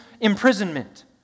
imprisonment